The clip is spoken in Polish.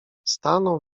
stanął